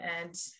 And-